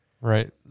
right